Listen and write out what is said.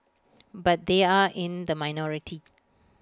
but they are in the minority